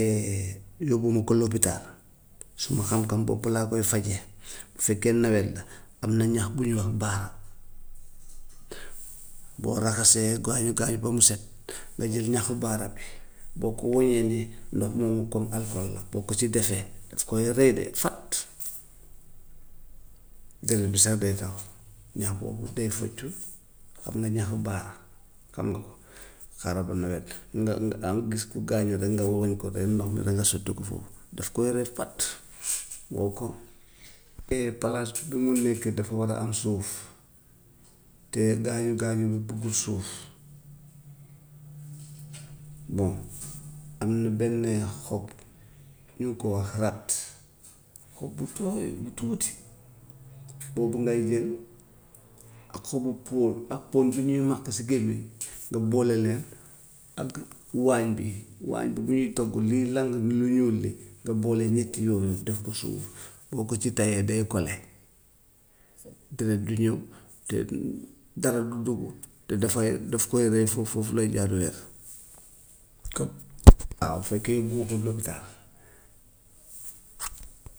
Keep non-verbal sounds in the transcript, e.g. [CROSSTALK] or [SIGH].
[HESITATION] yóbbuwuma ko lópitaal suma xam-xam [NOISE] bopp laa koy fajee, bu fekkee nawet la am na ñax bu ñuy wax baara [NOISE] boo raxasee gaañu-gaañu ba mu set nga jël ñaxu baara bi, boo ko walee nii ndox boobu comme [NOISE] alkol la boo ko ci defee daf koy rey de fat, deret bi sax day taxaw, ñax boobu day foccu. Xam nga ñaxu baara xam nga ko, xaaral ba nawet nga nga danga gis ku gaañu rek nga wol ko te ndox bi na nga sotti ko foofu, daf koy rey fatt [NOISE] wow koŋ [NOISE] te palaas bi mu nekkee dafa war a am suuf, te gaañu-gaañu bi buggut suuf. [NOISE] Bon am na benn yax xob ñu ngi ko wax rat, xob bu tooy bu tuuti [NOISE] boobu lay jël [NOISE] ak xobu póon ak póon bi ñuy maqq si gémmiñ [NOISE] nga boole leen ak waañ bi, waañ bi bu ñuy togg liy lang lu ñuul li nga boole ñett yooyu [NOISE] def ko suuf, boo ko ci tayee day kole, deret du ñëw te dara du dugg, te dafay daf koy rey foofu, foofu lay jaar wér. [NOISE] Comme [NOISE] waaw su fekkee buggoo ko yóbbu lópitaal. [NOISE]